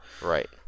Right